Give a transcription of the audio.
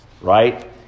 right